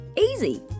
Easy